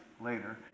later